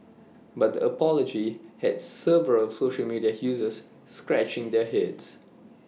but the apology had several social media users scratching their heads